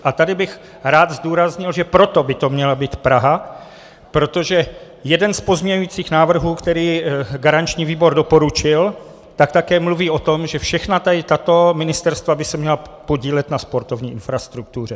A tady bych rád zdůraznil, že proto by to měla být Praha, protože jeden z pozměňujících návrhů, který garanční výbor doporučil, také mluví o tom, že všechna tato ministerstva by se měla podílet na sportovní infrastruktuře.